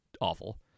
awful